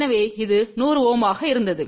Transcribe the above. எனவே இது 100 Ωஆக இருந்தது